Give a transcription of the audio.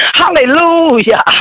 hallelujah